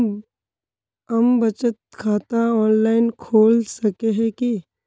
हम बचत खाता ऑनलाइन खोल सके है की?